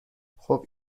خوب